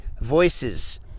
voices